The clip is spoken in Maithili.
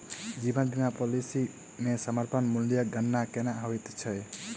जीवन बीमा पॉलिसी मे समर्पण मूल्यक गणना केना होइत छैक?